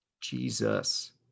Jesus